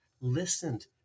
listened